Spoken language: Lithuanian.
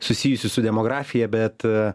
susijusių su demografija bet